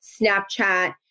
Snapchat